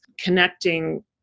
connecting